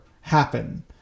happen